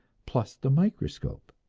plus the microscope.